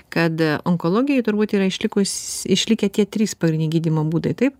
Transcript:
kad onkologijai turbūt yra išlikus išlikę tie trys pagrindiniai gydymo būdai taip